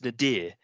nadir